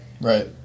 right